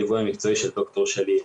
והליווי המקצועי של ד"ר שלי ---.